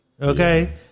okay